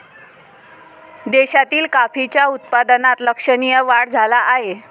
देशातील कॉफीच्या उत्पादनात लक्षणीय वाढ झाला आहे